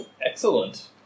Excellent